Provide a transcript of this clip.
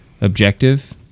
objective